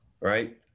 Right